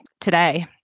today